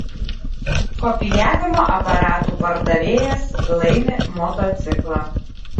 kopijavimo aparatų pardavėjas laimi motociklą